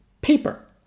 paper